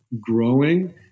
growing